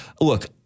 Look